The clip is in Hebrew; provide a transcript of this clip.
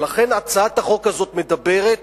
ולכן, הצעת החוק הזאת מדברת